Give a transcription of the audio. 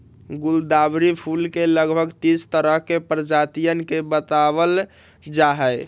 गुलदावरी फूल के लगभग तीस तरह के प्रजातियन के बतलावल जाहई